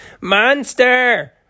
Monster